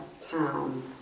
town